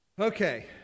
Okay